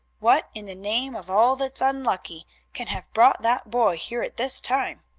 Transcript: what in the name of all that's unlucky can have brought that boy here at this time?